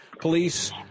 Police